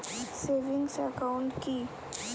Savings account কি?